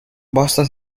boston